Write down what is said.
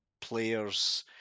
players